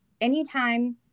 Anytime